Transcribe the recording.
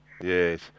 Yes